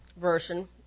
Version